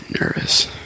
Nervous